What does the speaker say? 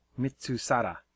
Mitsusara